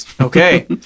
Okay